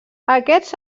aquests